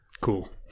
Cool